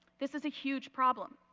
this is a huge problem.